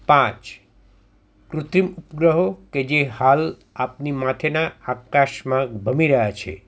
પાંચ કૃત્રિમ ગ્રહો કે જે હાલ આપની માથેના આકાશમાં ભમી રહ્યાં છે